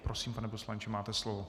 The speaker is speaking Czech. Prosím, pane poslanče, máte slovo.